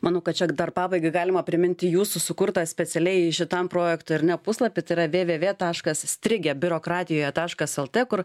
manau kad čia dar pabaigai galima priminti jūsų sukurtą specialiai šitam projektui ar ne puslapį tai yra vėvėvė taškas strigę biurokratijoje taškas lt kur